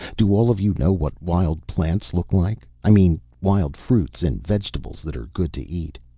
do all of you know what wild plants look like? i mean wild fruits and vegetables that are good to eat.